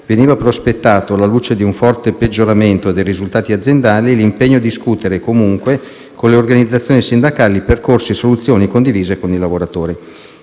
veniva prospettato, alla luce di un forte peggioramento dei risultati aziendali, l'impegno a discutere comunque con le organizzazioni sindacali percorsi e soluzioni condivise con i lavoratori.